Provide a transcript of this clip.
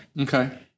Okay